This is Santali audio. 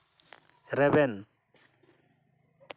ᱨᱮᱵᱮᱱ